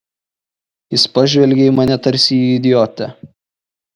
jis pažvelgė į mane tarsi į idiotę